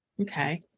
Okay